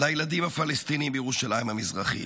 לילדים הפלסטינים בירושלים המזרחית.